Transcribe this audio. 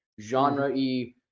genre-y